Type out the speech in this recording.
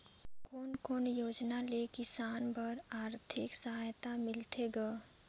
कोन कोन योजना ले किसान बर आरथिक सहायता मिलथे ग?